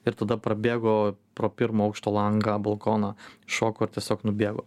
ir tada prabėgo pro pirmo aukšto langą balkoną šoko ir tiesiog nubėgo